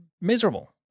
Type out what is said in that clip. miserable